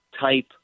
type